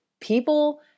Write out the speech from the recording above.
people